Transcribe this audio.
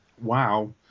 Wow